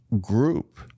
group